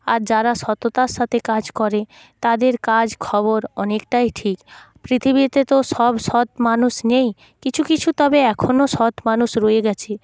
আর যারা সততার সাথে কাজ করে তাদের কাজ খবর অনেকটাই ঠিক পৃথিবীতে তো সব সৎ মানুষ নেই কিছু কিছু তবে এখনও সৎ মানুষ রয়ে গেছে